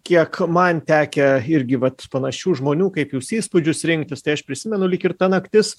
kiek man tekę irgi vat panašių žmonių kaip jūs įspūdžius rinktis tai aš prisimenu lyg ir naktis